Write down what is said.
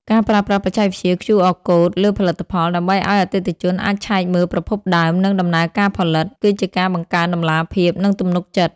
ការប្រើប្រាស់បច្ចេកវិទ្យា QR Code លើផលិតផល ដើម្បីឱ្យអតិថិជនអាចឆែកមើលប្រភពដើម និងដំណើរការផលិត គឺជាការបង្កើនតម្លាភាព និងទំនុកចិត្ត។